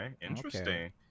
Interesting